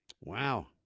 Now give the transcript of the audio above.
Wow